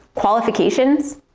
qualifications,